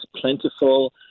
plentiful